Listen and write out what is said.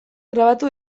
grabatu